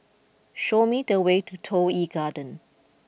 show me the way to Toh Yi Garden